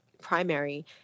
primary